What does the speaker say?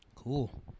Cool